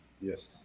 Yes